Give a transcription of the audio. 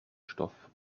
stoff